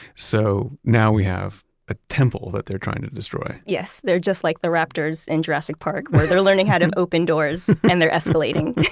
so now we have a temple that they're trying to destroy yes. they're just like the raptors in jurassic park where they're learning how to open doors and they're escalating.